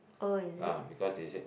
oh is it